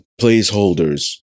placeholders